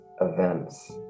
events